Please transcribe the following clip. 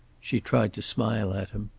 she tried to smile at him.